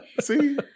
See